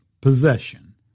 possession